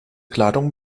kleidung